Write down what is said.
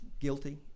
Guilty